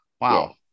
Wow